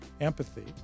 empathy